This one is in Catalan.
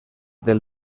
del